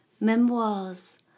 Memoirs